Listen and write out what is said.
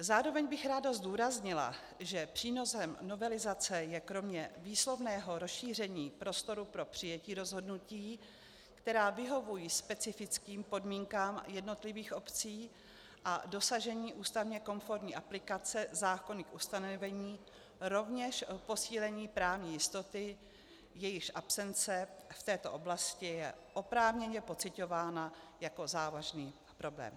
Zároveň bych ráda zdůraznila, že přínosem novelizace je kromě výslovného rozšíření prostoru pro přijetí rozhodnutí, která vyhovují specifickým podmínkám jednotlivých obcí, a dosažení ústavně konformní aplikace zákonných ustanovení rovněž v posílení právní jistoty, jejíž absence je v této oblasti oprávněně pociťována jako závažný problém.